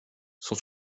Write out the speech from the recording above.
son